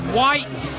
white